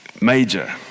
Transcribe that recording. major